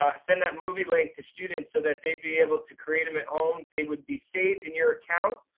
ah send that movie link to students so that they'd be able to create them at home. they would be saved in your account.